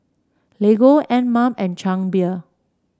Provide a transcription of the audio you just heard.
Lego Anmum and Chang Beer